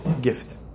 gift